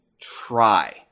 try